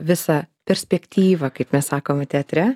visą perspektyvą kaip mes sakome teatre